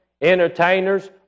entertainers